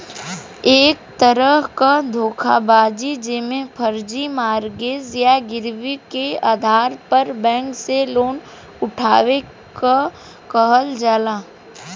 एक तरह क धोखेबाजी जेमे फर्जी मॉर्गेज या गिरवी क आधार पर बैंक से लोन उठावे क कहल जाला